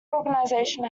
organization